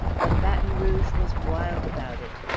but baton rouge was wild about it.